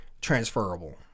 transferable